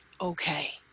okay